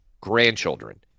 grandchildren